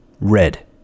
Red